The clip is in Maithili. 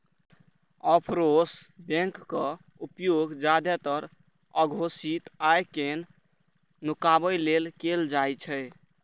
ऑफसोर बैंकक उपयोग जादेतर अघोषित आय कें नुकाबै लेल कैल जाइ छै